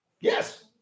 yes